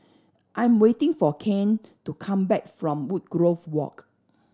I'm waiting for Kane to come back from Woodgrove Walk